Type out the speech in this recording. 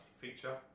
feature